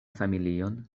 familion